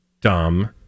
dumb